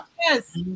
Yes